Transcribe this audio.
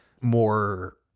more